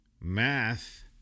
math